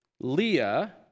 Leah